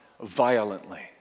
violently